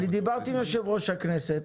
אני דיברתי עם יושב-ראש הכנסת